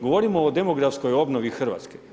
Govorimo o demografskoj obnovi Hrvatske.